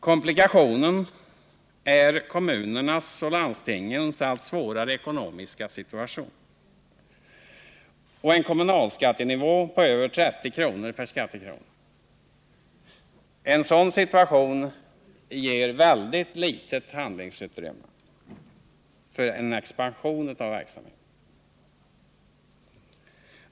Komplikationen är kommunernas och landstingens allt svårare ekonomiska situation med en kommunalskattenivå på över 30 kr. per skattekrona. En sådan situation ger väldigt litet handlingsutrymme för en expansion av verksamheten.